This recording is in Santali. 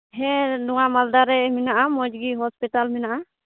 ᱦᱮᱸ ᱱᱚᱣᱟ ᱢᱟᱞᱫᱟᱨᱮ ᱢᱮᱱᱟᱜᱼᱟ ᱢᱚᱡᱽ ᱜᱮ ᱦᱚᱥᱯᱤᱴᱟᱞ ᱢᱮᱱᱟᱜᱼᱟ